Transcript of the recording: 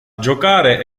giocare